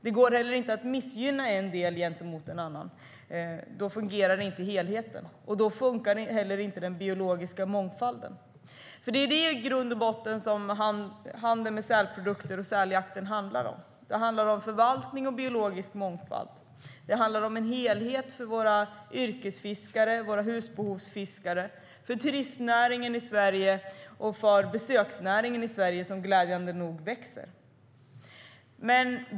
Det går inte heller att missgynna en del i förhållande till en annan. Då fungerar inte helheten, och då fungerar heller inte den biologiska mångfalden. Det är i grund och botten det som säljakten och handeln med sälprodukter handlar om. Det handlar om förvaltning och biologisk mångfald. Det handlar om en helhet för våra yrkesfiskare, våra husbehovsfiskare, för turistnäringen och för besöksnäringen i Sverige, som glädjande nog växer.